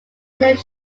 left